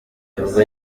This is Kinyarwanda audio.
nibwo